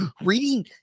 reading